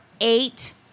eight